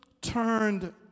turned